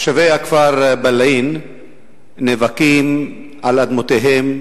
תושבי הכפר בילעין נאבקים על אדמותיהם,